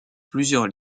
plusieurs